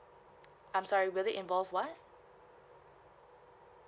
I'm sorry whether involve what